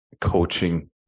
coaching